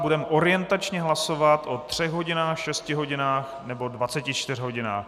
Budeme orientačně hlasovat o třech hodinách, šesti hodinách nebo 24 hodinách.